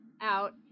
out